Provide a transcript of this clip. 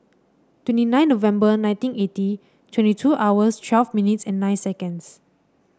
twenty nine November nineteen eighty twenty two hours twelve minutes and nine seconds